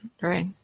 right